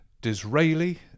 Disraeli